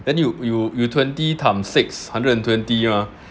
then you you you twenty time six hundred and twenty ah